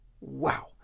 Wow